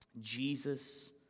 Jesus